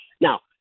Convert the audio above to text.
now